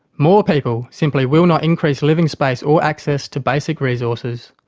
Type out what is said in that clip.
more people simply will not increase living space or access to basic resources,